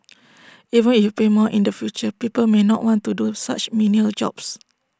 even you pay more in the future people may not want to do such menial jobs